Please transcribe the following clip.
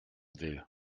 will